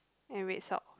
and red sock